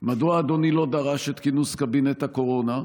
מדוע אדוני לא דרש את כינוס קבינט הקורונה?